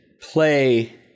play